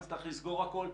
נצטרך לסגור הכול,